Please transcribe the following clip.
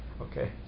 Okay